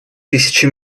тысячи